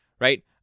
right